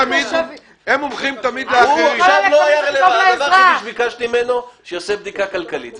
הדבר היחיד שביקשתי ממנו היה לעשות בדיקה כלכלית.